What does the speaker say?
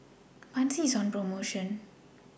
Pansy IS on promotion